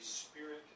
spirit